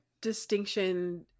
distinction